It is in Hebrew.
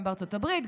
גם בארצות הברית,